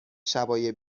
شبای